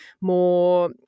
more